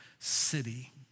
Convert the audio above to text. city